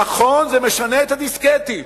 נכון, זה משנה את הדיסקטים.